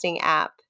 app